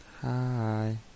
Hi